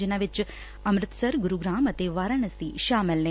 ਜਿਨ੍ਹਾਂ ਵਿ ਅੰਮ੍ਰਿਤਸਰ ਗੁਰੁਗਰਾਮ ਅਤੇ ਵਾਰਾਨਸੀ ਸ਼ਾਮਲ ਨੇ